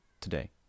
today